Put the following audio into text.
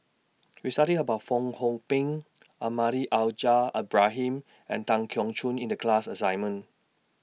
We studied about Fong Hoe Beng Almahdi Al Haj Ibrahim and Tan Keong Choon in The class assignment